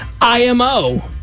IMO